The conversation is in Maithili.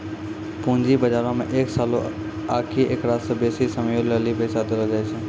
पूंजी बजारो मे एक सालो आकि एकरा से बेसी समयो लेली पैसा देलो जाय छै